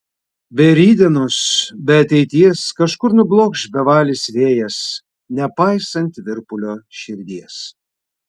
be rytdienos be ateities kažkur nublokš bevalis vėjas nepaisant virpulio širdies